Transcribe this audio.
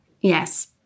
Yes